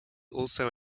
also